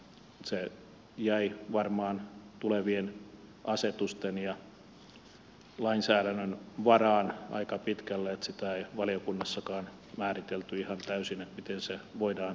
se jäi varmaan tulevien asetusten ja lainsäädännön varaan aika pitkälle sitä ei valiokunnassakaan määritelty ihan täysin miten se voidaan toteuttaa